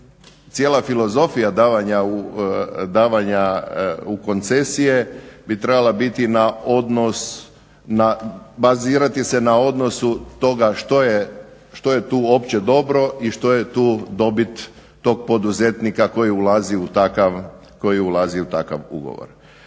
cijela filozofija davanja u koncesije bi trebala biti bazirana na odnosu toga što je tu opće dobro i što je tu dobit tog poduzetnika koji ulazi u takav ugovor.